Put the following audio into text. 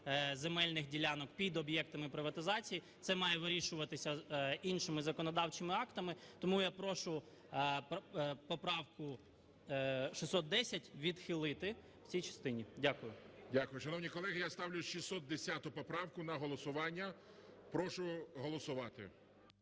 земельних ділянок під об'єктами приватизації. Це має вирішуватися іншими законодавчими актами, тому я прошу поправку 610 відхилити в цій частині. Дякую. ГОЛОВУЮЧИЙ. Дякую. Шановні колеги, я ставлю 610 поправку на голосування. Прошу голосувати.